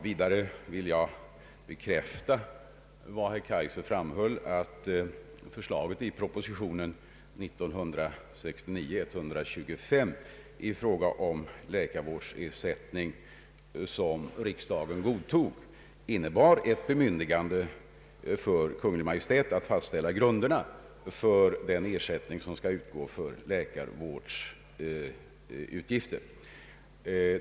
Vidare vill jag bekräfta vad herr Kaijser framhöll, nämligen att förslaget i proposition 125 år 1969 i fråga om läkarvårdsersättning — som riksdagen godtog — innebar ett bemyndigande för Kungl. Maj:t att fastställa grunderna för den ersättning som skall utgå för läkarvårdsutgifter.